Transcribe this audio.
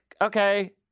okay